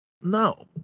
No